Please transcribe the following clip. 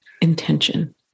intention